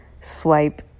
swipe